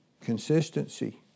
consistency